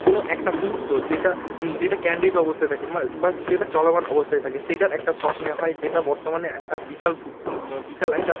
কোন একটা মুহুর্ত যেটা যেটা ক্যান্ডিড অবস্থায় থাকে মা বা যেটা চলমান অবস্থায় থাকে সেটার একটা শট নেওয়া হয় যেটা বর্তমানে একটা বিশাল ভু বিশাল একটা